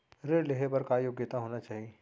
ऋण लेहे बर का योग्यता होना चाही?